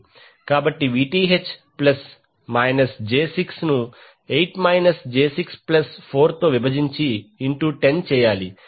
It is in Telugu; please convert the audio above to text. కాబట్టి Vth 8 ప్లస్ మైనస్ j 6 ను 8 మైనస్ j 6 ప్లస్ 4 తో విభజించి ఇంటు 10 చేయాలి